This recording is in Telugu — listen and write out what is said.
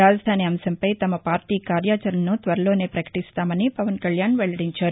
రాజధాని అంశం పై తమ పార్టీ కార్యాచరణను త్వరలోనే ప్రకటిస్తామని పవన్ కళ్యాన్ వెల్లడించారు